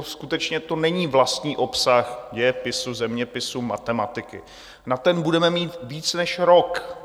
Skutečně to není vlastní obsah dějepisu, zeměpisu, matematiky, na ten budeme mít víc než rok.